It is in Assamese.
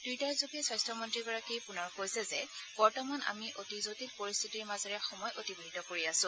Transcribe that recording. টুইটাৰযোগে স্বাস্থ্যমন্ত্ৰীগৰাকীয়ে পুনৰ কৈছে যে বৰ্তমান আমি অতি জটিল পৰিস্থিতিৰ মাজেৰে সময় অতিবাহিত কৰি আছো